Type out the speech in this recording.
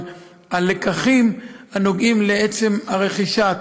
אבל הלקחים הנוגעים לעצם הרכישה,